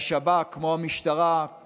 שהשב"כ, כמו המשטרה, הוא